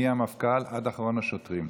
מהמפכ"ל עד אחרון השוטרים.